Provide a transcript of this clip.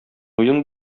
уен